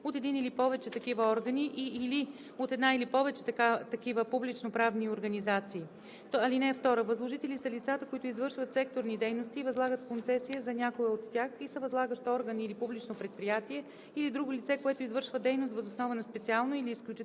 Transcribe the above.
от един или повече такива органи и/или от една или повече такива публичноправни организации. (2) Възложители са лицата, които извършват секторни дейности и възлагат концесия за някоя от тях и са възлагащ орган или публично предприятие, или друго лице, което извършва дейност въз основа на специално или изключително